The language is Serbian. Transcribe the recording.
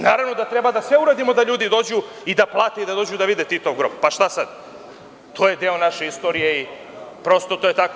Naravno da treba sve da uradimo da ljudi dođu i da plate i da vide Titov grob, pa šta sad, to je deo naše istorije i prosto to je tako.